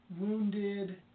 wounded